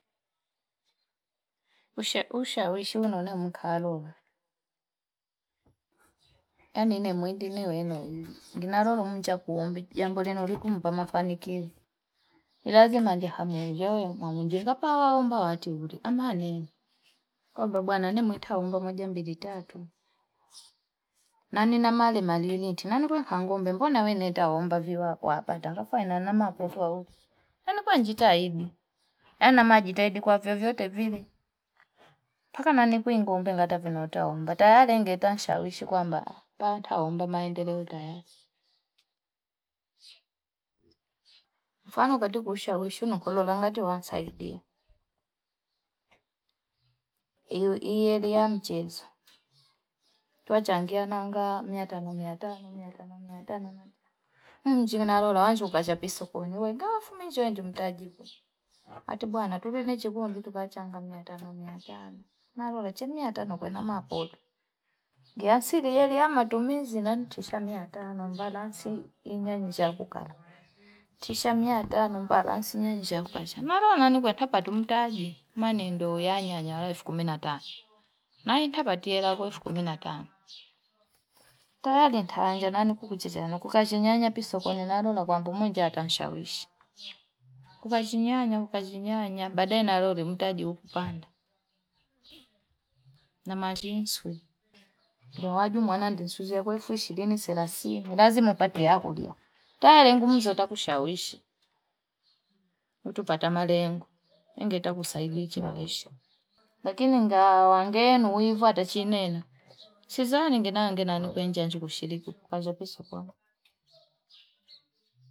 Ushawishi naona ukalola, yani mwendine wenu ndunalolo mchakua mbi jambo lenye kumpa mafaniko ni lazima ngehamu nje yo mwamunje ngapawawaomba timule amanini kwamba bwana nimutwaomba moja mbili tatuu, nanina mali malileti nanikule hangombe mbona we nenda omba viwakwapata ngafainana mapoto auki kweni kwenji jit idi yana na maana jitahidi kwa vyovyote vile mpaka nani kwing'ombe ngatavi vina taomba tayari nget a nsahawishi kwamba mpa ntaomba maendeleo tayari, mfano katika ushawishi na kole nangati wansaidia, iye- iyeli ya mchezo tuachngia nangaa miatano miatano miata nji nalo ngashuka chapisokoni ngafuma we inzo mtajiko kati bwana tuveli chikundi tukachanga miatano miatano nalole miatano kwena mapole giasili elia matumisi nanchosha mia tano mbalansi inenizakukanda si sa miata tano mbala si nyanyi sha kukasha mara pata tu mtaji mane ndo unyanya efu kumi na tano na ntapati ela elfu kumi na tano tayari ntaanza nanikuchichanya kukashe nyanya pi sokoni nalo nakwambu mwinji atanshawishi kukazi nyanyaa ukazi nyanyaa baadae naloli mtaji nekupanda namjinswi newaju mwana ndisuzi akwe elfu ishirini selesini lazima upate yakulia tayari ngunzo takushawishi utupata malengo takusaidia kimaisha lakini ngaawa ngeenu uwiva te chinene sizani ngenange nane kwenja nji njukushiriki kwanza pise kwanza.